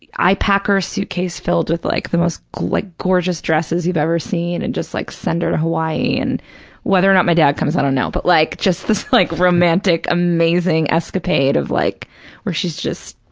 i pack her a suitcase filled with like the most like gorgeous dresses you've ever seen and just like send her to hawaii, and whether or not my dad comes, i don't know, but like just this like romantic, amazing escapade of like where she's just,